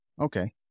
Okay